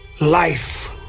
life